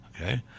okay